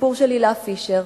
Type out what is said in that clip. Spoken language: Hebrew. הסיפור של הילה פישר,